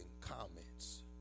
comments